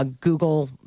Google